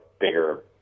bigger